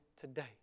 today